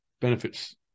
Benefits